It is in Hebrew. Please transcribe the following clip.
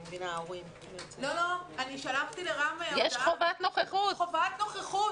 לא, יש חובת נוכחות.